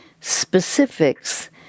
specifics